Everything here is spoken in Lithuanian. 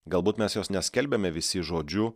galbūt mes jos neskelbiame visi žodžiu